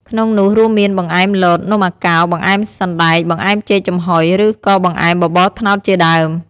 ក្នុងនោះរួមមាន បង្អែមលត នំអាកោ បង្អែមសណ្តែក បង្អែមចេកចំហុយ ឬក៏បង្អែមបបរត្នោតជាដើម ។